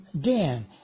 Dan